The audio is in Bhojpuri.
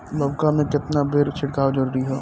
लउका में केतना बेर छिड़काव जरूरी ह?